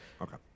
Okay